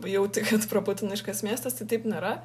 jauti kad proputiniškas miestas tai taip nėra